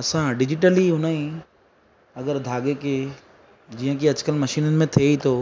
असां डिजिटली हुनई अगरि धागे खे जीअं की अॼुकल्ह मशीननि में थिए ई थो